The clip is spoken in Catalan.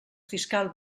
fiscal